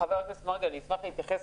חבר הכנסת מרגי, אני אשמח להתייחס.